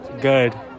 Good